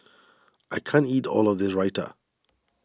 I can't eat all of this Raita